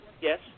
yes